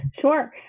Sure